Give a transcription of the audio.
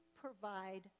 provide